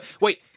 Wait